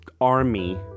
Army